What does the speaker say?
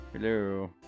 Hello